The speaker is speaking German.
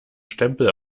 stempel